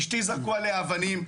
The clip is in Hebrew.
אשתי זרקו עליה אבנים,